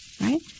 Right